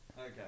Okay